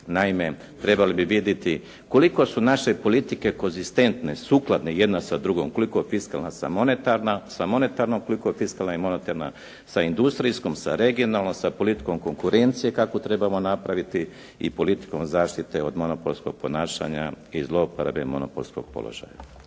Naime, trebali bi vidjeti koliko su naše politike konzistentne, sukladne jedna sa drugom, koliko fiskalna sa monetarnom, koliko je fiskalna i monetarna sa industrijskom, sa regionalnom, sa politikom konkurencije kakvu trebamo napraviti i politikom zaštite od monopolskog ponašanja i zlouporabe monopolskog položaja.